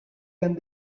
and